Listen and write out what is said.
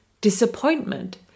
disappointment